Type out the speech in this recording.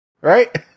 Right